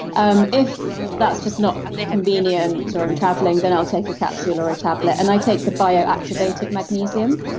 um if that's just not convenient or i'm traveling, then i'll take a capsule or a tablet. and i take the bio activated magnesium.